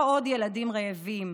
לא עוד ילדים רעבים,